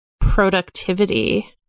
productivity